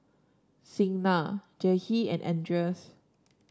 Signa Jahir and Andres